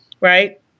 Right